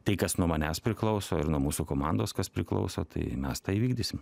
tai kas nuo manęs priklauso ir nuo mūsų komandos kas priklauso tai mes tą įvykdysim